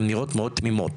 הן נראות מאוד תמימות,